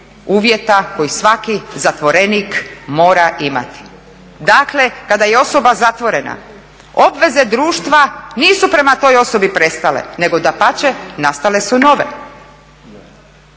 uvjeta koje svaki zatvorenik mora imati. Dakle, kada je osoba zatvorena obveze društva nisu prema toj osobi prestale, nego dapače nastale su nove.